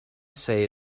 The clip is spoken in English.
say